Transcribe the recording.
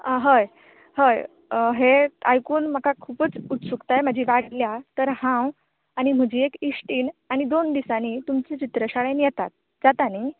आं हय हय हें आयकून म्हाका खुबूच उत्सुकताय म्हजी वाडल्या तर हांव आनी म्हजी एक इश्टीण आनी दोन दिसांनी तुमचे चित्र शाळेन येतात जाता न्ही